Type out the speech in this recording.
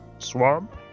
swamp